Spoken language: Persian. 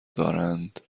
دارند